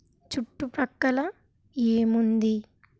చుట్టుప్రక్కల ఏముంది